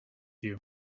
you